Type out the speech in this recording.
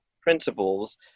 principles